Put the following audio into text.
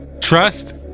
Trust